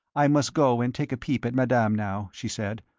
i must go and take a peep at madame now, she said,